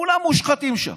כולם מושחתים שם.